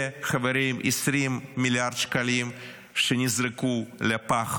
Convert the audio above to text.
זה, חברים, 20 מיליארד שקלים שנזרקו לפח